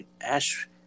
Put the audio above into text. Ash